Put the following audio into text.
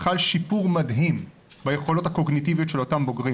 חל שיפור מדהים ביכולות הקוגניטיביות של אותם בוגרים